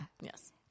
yes